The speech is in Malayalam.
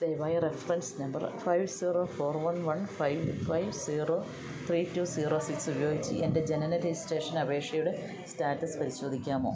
ദയവായി reference number five zero four one one five five zero three two zero six ഉപയോഗിച്ച് എൻ്റെ ജനന രജിസ്ട്രേഷൻ അപേക്ഷയുടെ സ്റ്റാറ്റസ് പരിശോധിക്കാമോ